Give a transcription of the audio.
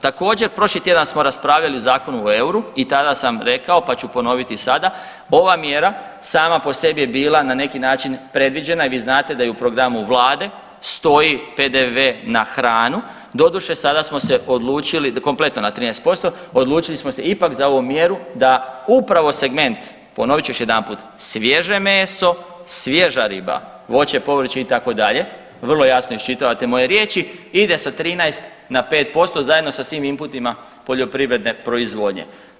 Također prošli tjedan smo raspravljali o Zakonu o euru i tada sam rekao i tada sam rekao pa ću ponoviti i sada, ova mjera sama po sebi je bila na neki način predviđena i vi znate da i u programu Vlade stoji PDV na hranu, doduše sada smo se odlučili kompletno na 13% odlučili smo se ipak za ovu mjeru da upravo segment, ponovit ću još jedanput, svježe meso, svježa riba, voće, povrće itd. vrlo jasno iščitavate moje riječi ide sa 13 na 5% zajedno sa svim imputima poljoprivredne proizvodnje.